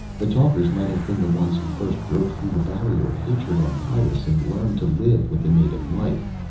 the talkers might have been the ones who first broke through the barrier of hatred on pyrrus and learned to live with the native life.